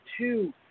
two